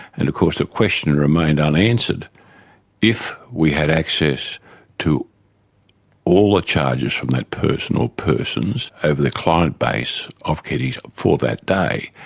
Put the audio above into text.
and of course the question and remained unanswered if we had access to all the charges from that person or persons over the client base of keddies for that day,